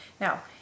Now